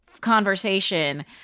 conversation